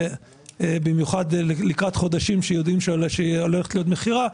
במיוחד לקראת חודשים שיודעים שהולכת להיות מכירה,